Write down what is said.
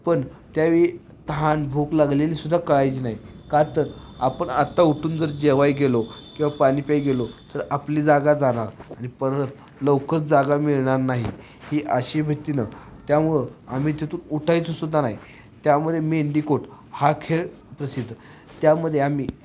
पण त्यावेळी तहान भूक लागलेली सुद्धा कळायची नाही का तर आपण आत्ता उठून जर जेवायला गेलो किंवा पाणी प्यायला गेलो तर आपली जागा जाणार आणि परत लवकर जागा मिळणार नाही ही अशी भीतीनं त्यामुळं आम्ही तिथून उठायचं सुद्धा नाही त्यामध्ये मेंडीकोट हा खेळ प्रसिद्ध त्यामध्ये आम्ही